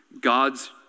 God's